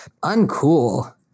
Uncool